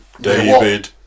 David